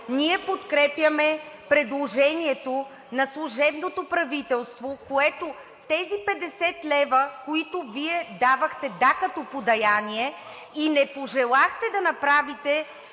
Ние подкрепяме предложението на служебното правителство – тези 50 лв., които Вие давахте, да, като подаяние, и не пожелахте да направите